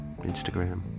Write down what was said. Instagram